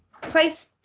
place